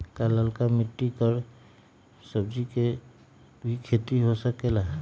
का लालका मिट्टी कर सब्जी के भी खेती हो सकेला?